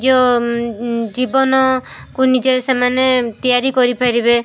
ଜୀବନ କୁ ନିଜେ ସେମାନେ ତିଆରି କରିପାରିବେ